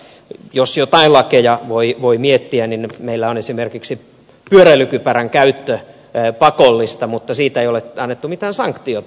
jos joitain lakeja voi miettiä niin meillä on esimerkiksi pyöräilykypärän käyttö pakollista mutta siitä ei ole annettu mitään sanktiota